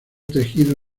tejido